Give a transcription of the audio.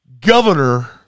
Governor